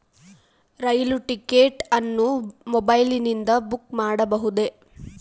ರೈಲು ticket ಅನ್ನು ಮೊಬೈಲಿಂದ book ಮಾಡಬಹುದೆ?